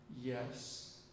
Yes